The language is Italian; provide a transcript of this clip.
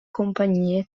compagnie